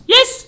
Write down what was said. Yes